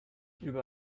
über